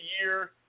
year